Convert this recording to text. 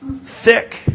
Thick